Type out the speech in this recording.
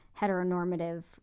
heteronormative